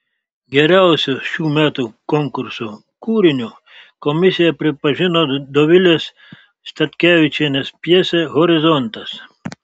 geriausiu šių metų konkurso kūriniu komisija pripažino dovilės statkevičienės pjesę horizontas